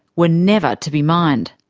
were never to be mined.